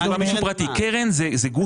קרן היא גוף פרטי.